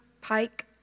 Pike